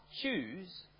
choose